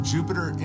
Jupiter